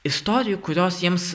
istorijų kurios jiems